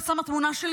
אם את שמה תמונה שלי,